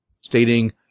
stating